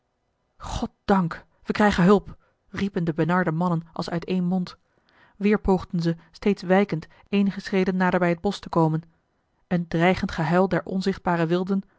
goddank we krijgen hulp riepen de benarde mannen als uit één mond weer poogden ze steeds wijkend eenige schreden nader bij het bosch te komen een dreigend gehuil der onzichtbare wilden